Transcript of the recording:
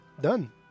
Done